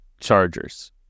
Chargers